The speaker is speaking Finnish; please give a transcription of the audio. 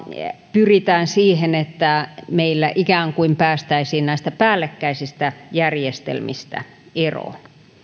pyritään siihen että meillä ikään kuin päästäisiin näistä päällekkäisistä järjestelmistä eroon